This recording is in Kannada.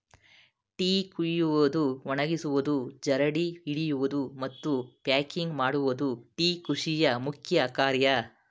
ಟೀ ಕುಯ್ಯುವುದು, ಒಣಗಿಸುವುದು, ಜರಡಿ ಹಿಡಿಯುವುದು, ಮತ್ತು ಪ್ಯಾಕಿಂಗ್ ಮಾಡುವುದು ಟೀ ಕೃಷಿಯ ಮುಖ್ಯ ಕಾರ್ಯ